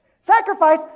Sacrifice